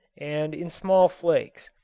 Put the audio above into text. and in small flakes.